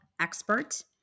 expert